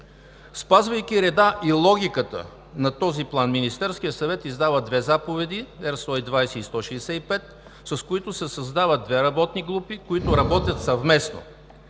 Спазвайки реда и логиката на този план, Министерският съвет издава две заповеди – Р 120 и 165, с които се създават две работни групи, които работят съвместно.